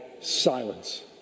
silence